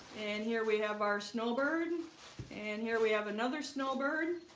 and here we have our snowbird and here we have another snowbird